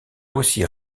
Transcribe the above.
aussi